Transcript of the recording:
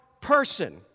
person